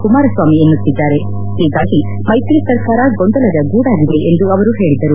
ಕುಮಾರಸ್ವಾಮಿ ಎನ್ನುತ್ತಿದ್ದಾರೆ ಹೀಗಾಗಿ ಮೈತ್ರಿ ಸರ್ಕಾರ ಗೊಂದಲದ ಗೂಡಾಗಿದೆ ಎಂದು ಅವರು ಹೇಳದರು